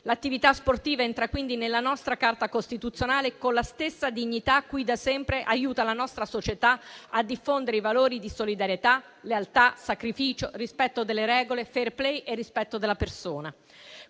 L'attività sportiva entra quindi nella nostra Carta costituzionale con la stessa dignità con cui da sempre aiuta la nostra società a diffondere i valori di solidarietà, lealtà, sacrificio, rispetto delle regole, *fair play* e rispetto della persona.